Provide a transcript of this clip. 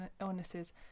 illnesses